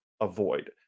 avoid